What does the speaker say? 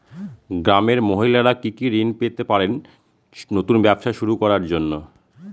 গ্রামের মহিলারা কি কি ঋণ পেতে পারেন নতুন ব্যবসা শুরু করার জন্য?